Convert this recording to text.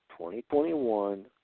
2021